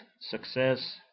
success